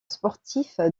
sportif